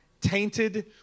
tainted